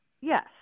Yes